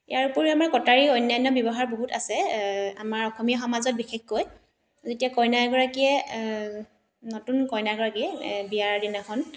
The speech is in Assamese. ইয়াৰোপৰি আমাৰ কটাৰী অন্যান্য ব্যৱহাৰ বহুত আছে আমাৰ অসমীয়া সমাজত বিশেষকৈ যেতিয়া কইনা এগৰাকীয়ে নতুন কইনাগৰাকীয়ে বিয়াৰ দিনাখন